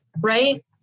right